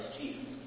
Jesus